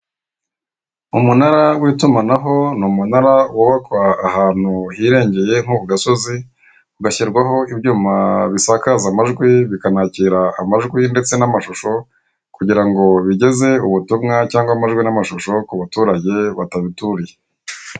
Umunara w'itumanaho ni umunara wubakwa ahantu hirengeye nko ku gasozi, ugashyirwaho ibyuma bisakaza amajwi bikanakira amajwi ndetse n'amashusho kugira ngo bigeze ubutumwa cyangwa amajwi n'amashusho ku baturage batabituriye.